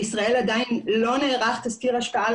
בישראל עדיין לא נערך תסקיר השפעה על